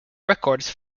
records